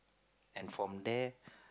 and from there